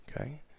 Okay